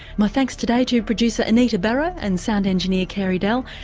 my thanks today to producer anita barraud and sound engineer carey dell.